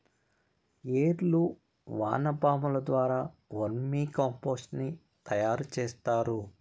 ఏర్లు వానపాముల ద్వారా వర్మి కంపోస్టుని తయారు చేస్తారు